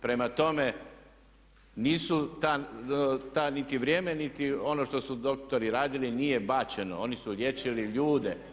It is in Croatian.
Prema tome, nisu ta niti vrijeme niti ono što su doktori radili nije bačeno, oni su liječili ljude.